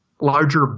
larger